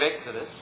Exodus